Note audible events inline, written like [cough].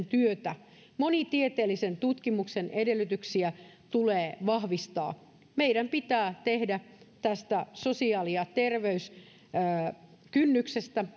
[unintelligible] työtä monitieteellisen tutkimuksen edellytyksiä tulee vahvistaa meidän pitää tehdä tästä sosiaali ja terveyskynnyksestä